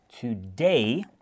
today